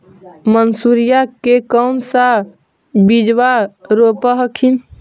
मसुरिया के कौन सा बिजबा रोप हखिन?